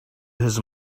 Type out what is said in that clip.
his